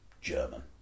German